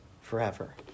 forever